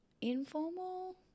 Informal